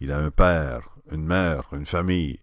il a un père une mère une famille